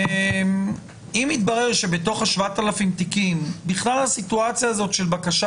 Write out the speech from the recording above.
אם יתברר שבתוך ה-7,000 תיקים הסיטואציה הזאת של בקשה